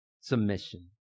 submission